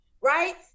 right